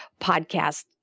podcast